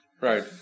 Right